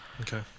okay